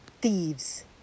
thieves